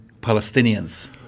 Palestinians